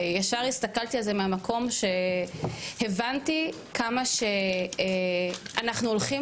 ישר הסתכלתי על זה מהמקום שהבנתי כמה שאנחנו הולכים